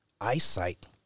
eyesight